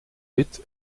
wit